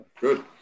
Good